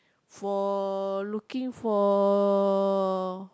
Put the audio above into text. for looking for